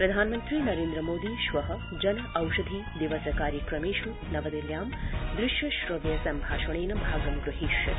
प्रधानमन्त्री नरेन्द्रमोदी श्व जन औषधि दिवस कार्यक्रमषे नवदिल्ल्यां दृश्य श्रव्य सम्भाषणेन भागं ग्रहीष्यति